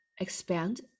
expand